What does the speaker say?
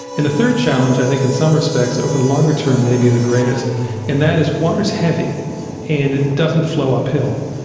the third challenge i think in some respects over the longer term may be the greatest and that is water is heavy and it doesn't flow uphill.